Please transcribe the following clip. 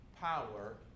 power